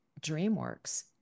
DreamWorks